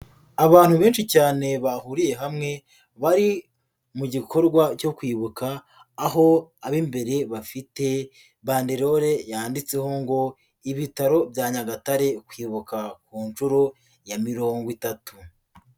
Abantu benshi cyane bahuriye hamwe bari mu gikorwa cyo kwibuka, aho ab'imbere bafite banderole yanditseho ngo Ibitaro bya Nyagatare kwibuka ku nshuro ya mirongo itatu.